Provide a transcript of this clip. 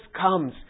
comes